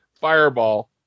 fireball